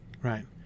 Right